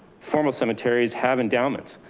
formal cemeteries have endowments.